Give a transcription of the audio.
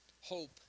hope